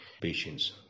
patients